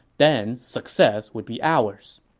then success would be ours.